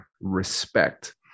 respect